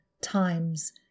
times